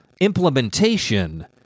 implementation